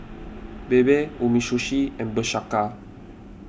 Bebe Umisushi and Bershka